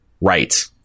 right